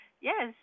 Yes